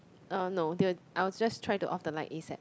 uh no they will I will just try to off the light asap